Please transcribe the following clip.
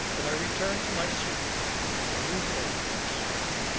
but i returned to my circuit with new hope and strength.